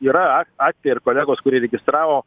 yra a atvejai ir kolegos kurie registravo